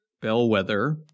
bellwether